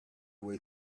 way